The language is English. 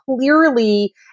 clearly